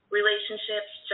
relationships